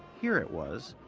here it was.